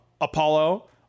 Apollo